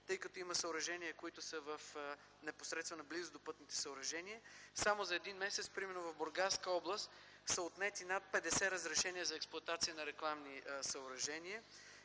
тъй като има съоръжения, които са в непосредствена близост до пътното съоръжение. Само за един месец примерно в Бургаска област са отнети над 50 разрешения за експлоатация на рекламни съоръжения